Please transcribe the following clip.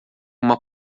uma